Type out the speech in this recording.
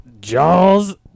Jaws